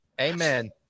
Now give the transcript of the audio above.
Amen